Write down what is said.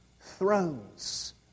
thrones